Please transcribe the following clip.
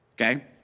okay